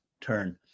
turn